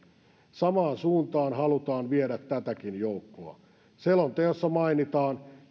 samaan suuntaan halutaan viedä tätäkin joukkoa selonteossa mainitaan